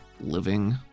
living